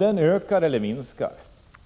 prospekteringsverksamheten ökar eller minskar.